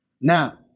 now